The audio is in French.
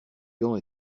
gants